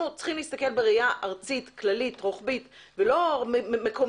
צריכים להסתכל בראייה ארצית כללית ורוחבית ולא מקומית.